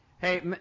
Hey